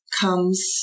comes